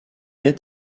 est